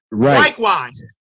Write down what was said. Likewise